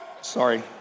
sorry